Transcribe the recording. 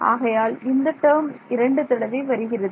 ஆகையால் இந்த டேர்ம் இரண்டு தடவை வருகிறது